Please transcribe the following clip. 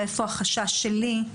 ואיפה החשש שלי,